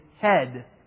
head